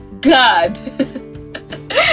god